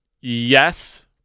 yes